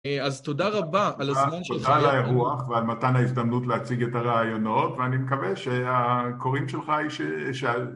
אז תודה רבה על הזמן שלך ירון. ועל מתן ההזדמנות להציג את הרעיונות, ואני מקווה שהקוראים שלך ישאל.